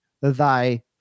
thy